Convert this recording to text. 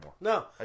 No